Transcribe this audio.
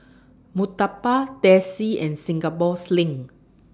Murtabak Teh C and Singapore Sling